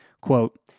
quote